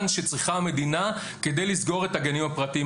שצריכה המדינה כדי לסגור את הגנים הפרטיים.